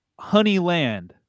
Honeyland